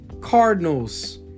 Cardinals